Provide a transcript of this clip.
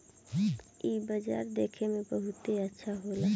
इ बाजार देखे में बहुते अच्छा होला